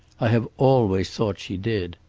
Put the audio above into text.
i have always thought she did